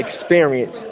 experience